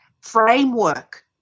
framework